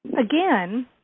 again